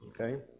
Okay